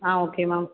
ah okay ma'am